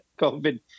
COVID